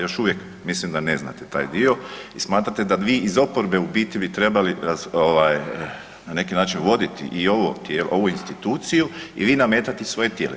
Još uvijek mislim da ne znate taj dio i smatrate da vi iz oporbe u biti bi trebali na neki način voditi i ovo tijelo, ovu instituciju i vi nametati svoja tijela.